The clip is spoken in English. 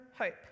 hope